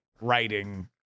writing